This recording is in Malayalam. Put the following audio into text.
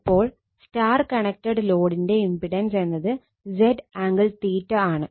അപ്പോൾ Y കണക്റ്റഡ് ലോഡിന്റെ ഇമ്പിടൻസ് എന്നത് Z ആംഗിൾ ആണ്